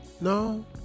no